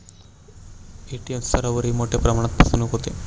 ATM स्तरावरही मोठ्या प्रमाणात फसवणूक होते